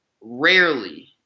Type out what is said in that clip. rarely